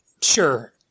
sure